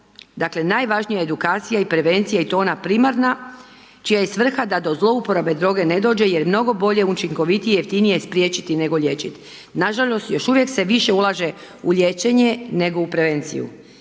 dakle najvažnija je edukacija i prevencija i to ona primarna čija je svrha da do zlouporabe droge ne dođe jer mnogo je bolje, učinkovitije i jeftinije spriječiti nego liječiti. Nažalost još uvijek se više ulaže u liječenje nego u prevenciju.